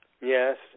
Yes